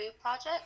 Project